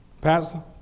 Pastor